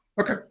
Okay